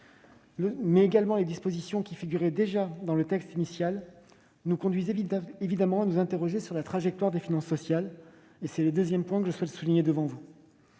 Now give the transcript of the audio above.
-mais également les dispositions qui figuraient déjà dans le texte initial conduisent à nous interroger sur la trajectoire des finances sociales. C'est le deuxième point que je souhaite souligner. Avant